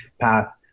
path